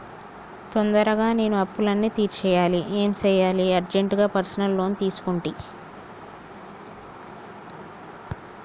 తొందరగా నేను అప్పులన్నీ తీర్చేయాలి ఏం సెయ్యాలి అర్జెంటుగా పర్సనల్ లోన్ తీసుకుంటి